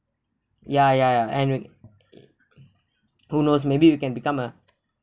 ya ya ya and we who knows maybe we can become a